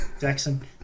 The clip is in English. Jackson